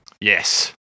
yes